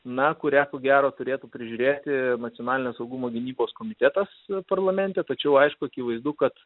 na kurią ko gero turėtų prižiūrėti nacionalinio saugumo gynybos komitetas parlamente tačiau aišku akivaizdu kad